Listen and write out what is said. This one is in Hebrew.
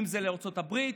אם זה לארצות הברית,